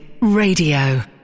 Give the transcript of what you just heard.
radio